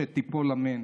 שתיפול, אמן.